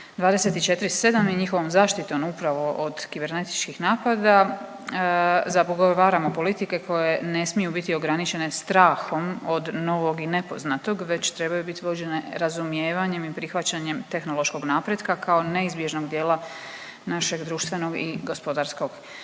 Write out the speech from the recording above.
24/7 i njihovom zaštitom upravo od kibernetičkih napada zagovaramo politike koje ne smiju biti ograničene strahom od novog i nepoznatog već trebaju biti vođenje razumijevanjem i prihvaćanjem tehnološkog napretka kao neizbježnog dijela našeg društvenog i gospodarskog